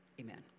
amen